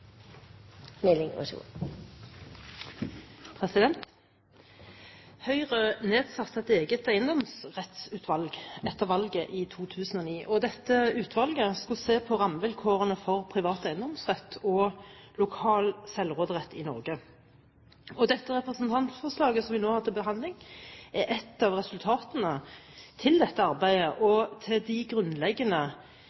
etter valget i 2009. Dette utvalget skulle se på rammevilkårene for privat eiendomsrett og lokal selvråderett i Norge. Dette representantforslaget vi nå har til behandling, er et av resultatene av dette arbeidet og